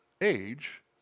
age